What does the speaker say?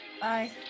Bye